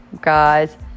guys